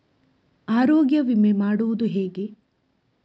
ಆರೋಗ್ಯ ವಿಮೆ ಮಾಡುವುದು ಹೇಗೆ?